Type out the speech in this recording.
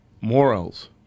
morals